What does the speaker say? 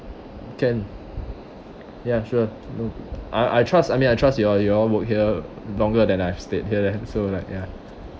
can ya sure no I I trust I mean I trust you all you all work here longer than I've stayed here then so like ya